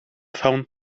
found